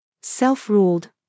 Self-ruled